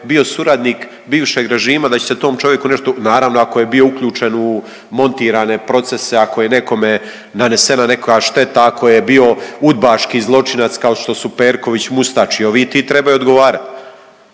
bio suradnik bivšeg režima da će se tom čovjeku nešto, naravno ako je bio uključen u montirane procese, ako je nekome nanesena nekakva šteta, ako je bio UDBA-ški zločinac kao što su Perković, Mustač i ovi, ti trebaju odgovarati.